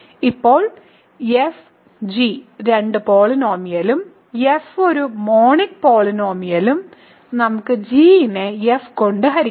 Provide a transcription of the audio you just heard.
ഇപ്പോൾ f g രണ്ട് പോളിനോമിയലും f ഒരു മോണിക് പോളിനോമിയലും നമുക്ക് g നെ f കൊണ്ട് ഹരിക്കാം